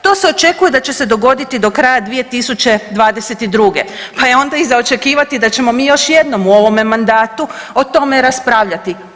To se očekuje da će se dogoditi do kraja 2022., pa je onda i za očekivati da ćemo mi još jednom u ovome mandatu o tome raspravljati.